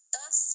Thus